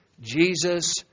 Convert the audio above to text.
Jesus